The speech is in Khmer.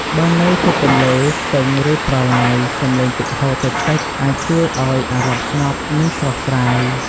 បើនៅជិតទន្លេ ស្ទឹង ឬប្រឡាយ សំឡេងទឹកហូរតិចៗអាចជួយឱ្យអារម្មណ៍ស្ងប់ និងស្រស់ស្រាយ។